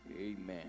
Amen